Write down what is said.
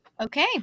Okay